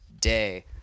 day